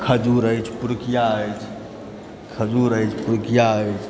खजूर अछि पिरुकिया अछि खजूर अछि पिरुकिया अछि